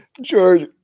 George